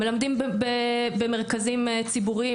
הם מלמדים במרכזים ציבוריים,